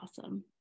awesome